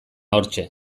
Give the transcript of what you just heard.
hortxe